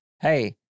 hey